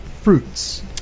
fruits